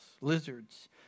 lizards